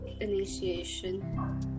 initiation